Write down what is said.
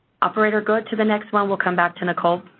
operator, go to the next one. we'll come back to nicole.